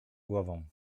głową